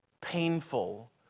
painful